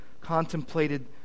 contemplated